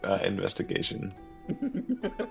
Investigation